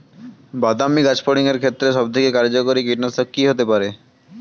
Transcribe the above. বাদামী গাছফড়িঙের ক্ষেত্রে সবথেকে কার্যকরী কীটনাশক কি হতে পারে?